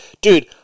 dude